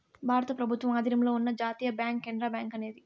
భారత ప్రభుత్వం ఆధీనంలో ఉన్న జాతీయ బ్యాంక్ కెనరా బ్యాంకు అనేది